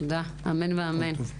תודה, אמן ואמן.